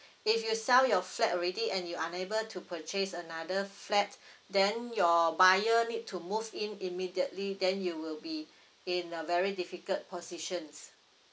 if you sell your flat already and you unable to purchase another flat then your buyer need to move in immediately then you will be in a very difficult position